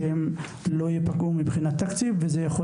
שהן לא יפגעו מבחינת תקציב ואז זה יוכל